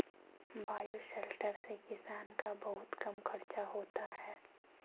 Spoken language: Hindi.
बायोशेलटर से किसान का बहुत कम खर्चा होता है